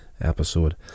episode